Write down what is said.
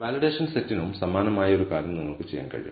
validation സെറ്റിനും സമാനമായ ഒരു കാര്യം നിങ്ങൾക്ക് ചെയ്യാൻ കഴിയും